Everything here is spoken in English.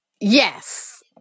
Yes